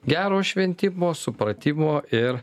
gero šventimo supratimo ir